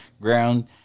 ground